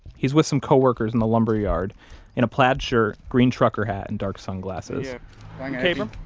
he's with some coworkers in the lumber yard in a plaid shirt, green trucker hat, and dark sunglasses kabrahm?